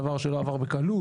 דבר שלא עבר בקלות,